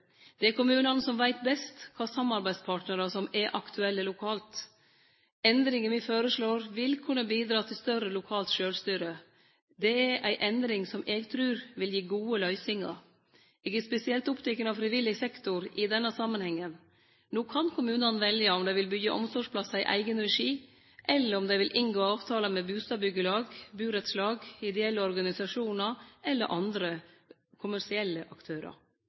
Det er kommunane som veit best kva samarbeidspartnarar som er aktuelle lokalt. Endringa me føreslår, vil kunne bidra til større lokalt sjølvstyre. Dette er ei endring som eg trur vil gi gode løysingar. Eg er spesielt oppteken av frivillig sektor i denne samanhengen. No kan kommunane velje om dei vil byggje omsorgsplassar i eigen regi, eller om dei vil inngå avtaler med bustadbyggjelag, burettslag, ideelle organisasjonar eller andre kommersielle aktørar.